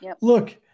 look